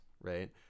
right